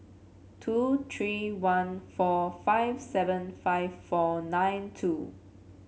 two three one four five seven five four nine two